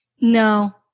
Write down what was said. No